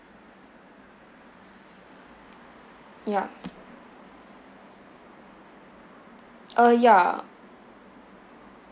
ya uh ya